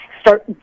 start